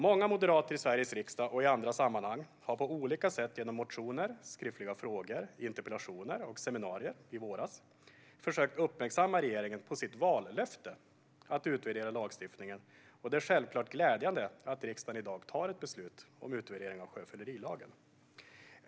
Många moderater i Sveriges riksdag och i andra sammanhang har på olika sätt, genom motioner, skriftliga frågor, interpellationer och seminarier i våras, försökt uppmärksamma regeringen på dess vallöfte att utvärdera lagstiftningen. Det är självklart glädjande att riksdagen i dag tar ett beslut om utvärdering av sjöfyllerilagen.